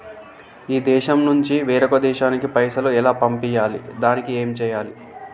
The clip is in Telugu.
ఈ దేశం నుంచి వేరొక దేశానికి పైసలు ఎలా పంపియ్యాలి? దానికి ఏం చేయాలి?